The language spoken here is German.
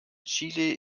chile